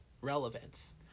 Relevance